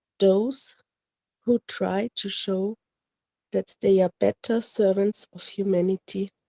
those who try to show that they are better servants of humanity,